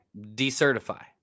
decertify